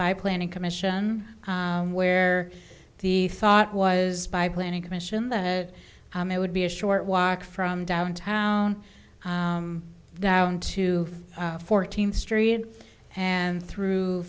by planning commission where the thought was by planning commission that it would be a short walk from downtown down to fourteenth street and through